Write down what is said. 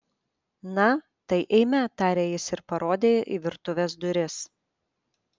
na tai eime tarė jis ir parodė į virtuvės duris